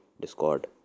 discord